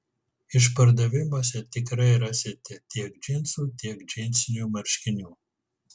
išpardavimuose tikrai rasite tiek džinsų tiek džinsinių marškinių